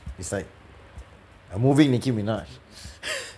it's like a moving nicki minaj